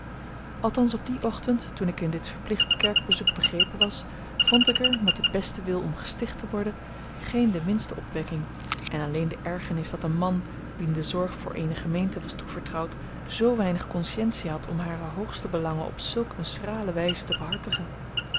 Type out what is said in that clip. althans op dien ochtend toen ik in dit verplicht kerkbezoek begrepen was vond ik er met den besten wil om gesticht te worden geene de minste opwekking en alleen de ergernis dat een man wien de zorg voor eene gemeente was toevertrouwd zoo weinig consciëntie had om hare hoogste belangen op zulk eene schrale wijze te behartigen